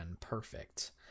perfect